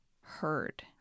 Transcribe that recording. heard